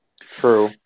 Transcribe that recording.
True